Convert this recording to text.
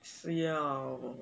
是要